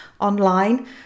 online